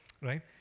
right